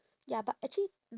ya but actually